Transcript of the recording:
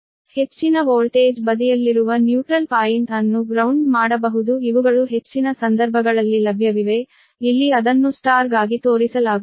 ಹೆಚ್ಚಿನ ವೋಲ್ಟೇಜ್ ಬದಿಯಲ್ಲಿರುವ ತಟಸ್ಥ ಬಿಂದುವನ್ನು ಗ್ರೌಂಡ್ಡ್ ಮಾಡಬಹುದು ಇವುಗಳು ಹೆಚ್ಚಿನ ಸಂದರ್ಭಗಳಲ್ಲಿ ಲಭ್ಯವಿವೆ ಇಲ್ಲಿ ಅದನ್ನು ಸ್ಟಾರ್ ಗಾಗಿ ತೋರಿಸಲಾಗುವುದಿಲ್ಲ